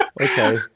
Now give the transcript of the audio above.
Okay